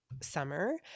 summer